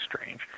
strange